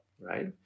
right